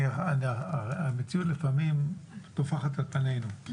המציאות לפעמים טופחת על פנינו,